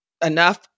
Enough